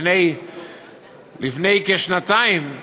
לפני כשנתיים,